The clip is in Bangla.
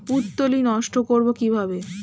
পুত্তলি নষ্ট করব কিভাবে?